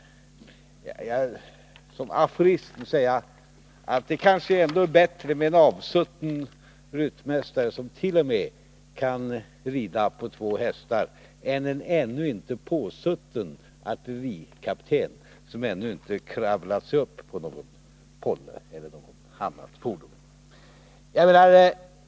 Jag vill som en aforism säga att det kanske ändå är bättre med en avsutten ryttmästare, som t.o.m. kan rida på två hästar, än en ännu inte påsutten artillerikapten, som inte kravlat sig upp på någon pålle eller något annat fordon.